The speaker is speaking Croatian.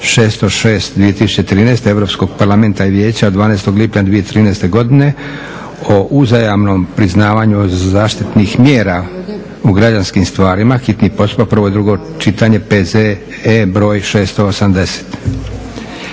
606/2013 Europskog parlamenta i vijeća od 12.lipnja 2013.o uzajamnom priznavanju zaštitnih mjera u građanskim stvarima, hitni postupak, prvo i drugo čitanje, P.Z.E.br.680.